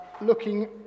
looking